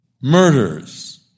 murders